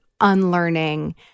unlearning